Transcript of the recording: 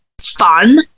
Fun